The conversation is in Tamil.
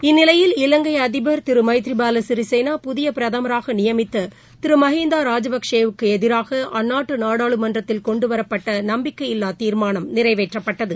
இந்நிலையில் இலங்கைஅதிபர் திருமைதிரிபாலசிறிசேனா புதியபிரதமராகநியமித்ததிருமகிந்தாராஜபக்ஷேக்குஎதிராக அந்நாட்டுநாடாளுனமன்றத்தில் கொண்டுவரப்பட்டநம்பிக்கையில்லாதீர்மானம் நிறைவேற்றப்பட்டது